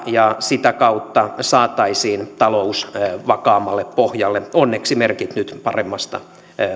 ja sitä kautta saataisiin talous vakaammalle pohjalle onneksi merkit nyt paremmasta